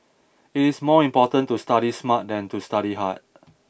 it is more important to study smart than to study hard